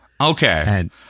Okay